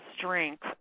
strength